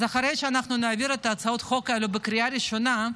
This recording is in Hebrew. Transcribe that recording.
אז אחרי שאנחנו נעביר את הצעות החוק האלה בקריאה ראשונה,